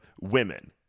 women